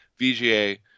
VGA